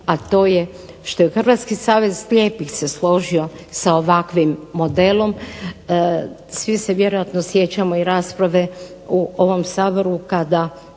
a to je što je Hrvatski savez slijepih se složio sa ovakvim modelom. Svi se vjerojatno sjećamo i rasprave u ovom Saboru kada